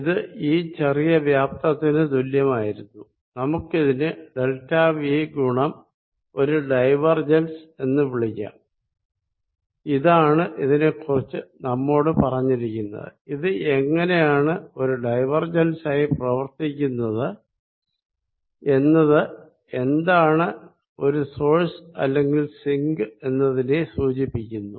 ഇത് ഈ ചെറിയ വ്യാപ്തത്തിനു തുല്യമായിരുന്നു നമുക്കിതിനെ ഡെൽറ്റാവി ഗുണം ഒരു ഡൈവർജൻസ് എന്ന് വിളിക്കാം ഇതാണ് ഇതിനെക്കുറിച്ച് നമ്മോടു പറഞ്ഞിരിക്കുന്നത് ഇത് എങ്ങിനെയാണ് ഒരു ഡൈവർജൻസ് ആയി പ്രവർത്തിക്കുന്നത് എന്നത് എന്താണ് ഒരു സോഴ്സ് അല്ലെങ്കിൽ സിങ്ക് എന്നതിനെ സൂചിപ്പിക്കുന്നു